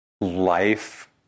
Life